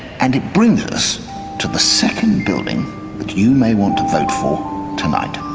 and it brings us to the second building that you may want to vote for tonight.